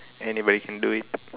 anybody can do it